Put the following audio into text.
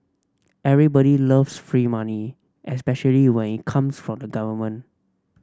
everybody loves free money especially when it comes from the government